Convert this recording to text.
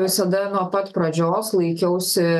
visada nuo pat pradžios laikiausi